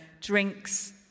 drinks